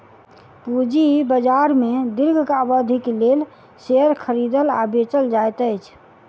पूंजी बाजार में दीर्घ अवधिक लेल शेयर खरीदल आ बेचल जाइत अछि